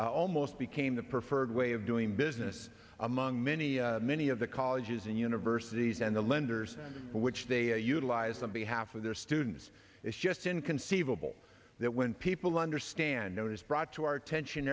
almost became the preferred way of doing business among many many of the colleges and universities and the lenders which they utilize on behalf of their students it's just inconceivable that when people understand notice brought to our attention